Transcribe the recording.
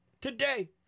today